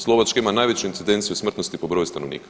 Slovačka ima najveću incidenciju smrtnosti po broju stanovnika.